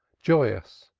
joyous,